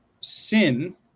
sin